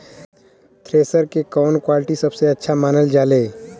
Thresher के कवन quality सबसे अच्छा मानल जाले?